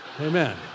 Amen